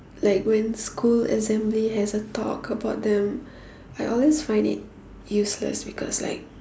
like when school assembly has a talk about them I always find it useless because like